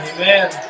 Amen